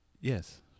Yes